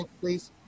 please